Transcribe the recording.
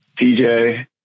TJ